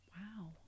Wow